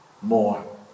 more